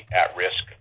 at-risk